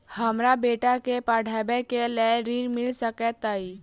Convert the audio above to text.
हमरा बेटा केँ पढ़ाबै केँ लेल केँ ऋण मिल सकैत अई?